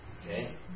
okay